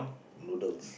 noodles